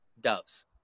doves